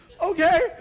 okay